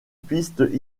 pistes